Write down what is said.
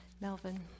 Melvin